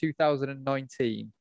2019